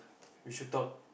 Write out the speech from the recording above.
we should talk